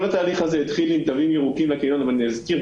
כל התהליך הזה התחיל עם תווים ירוקים בקניון ואני אזכיר.